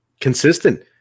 consistent